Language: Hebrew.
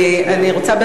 אני רוצה,